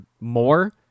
more